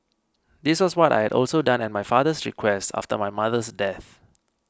this was what I also done at my father's request after my mother's death